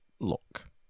look